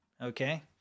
Okay